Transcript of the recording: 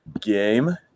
game